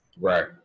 Right